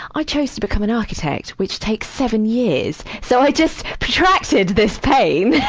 i chose to become an architect, which taken seven years. so i just attracted this pain